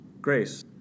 Grace